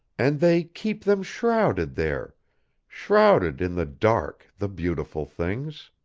and they keep them shrouded there shrouded in the dark, the beautiful things